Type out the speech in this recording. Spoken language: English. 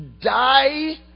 Die